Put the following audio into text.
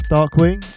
Darkwing